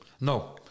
no